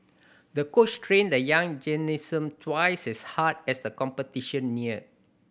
the coach trained the young gymnast twice as hard as the competition neared